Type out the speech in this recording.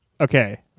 okay